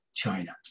China